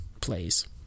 plays